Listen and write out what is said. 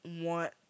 want